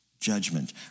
judgment